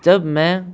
जब मैं